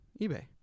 eBay